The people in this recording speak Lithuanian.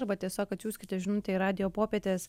arba tiesiog atsiųskite žinutę į radijo popietės